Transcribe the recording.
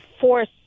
force